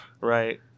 Right